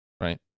right